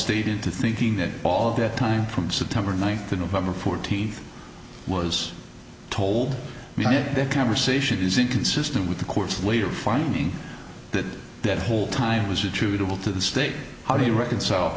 state into thinking that all of that time from september ninth to november fourteenth was told me that the conversation is inconsistent with the court's later finding that that whole time was attributable to the state how do you reconcile